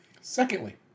Secondly